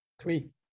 Three